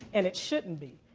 and it shouldn't be.